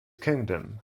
kingdom